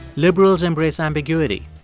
liberals embrace ambiguity.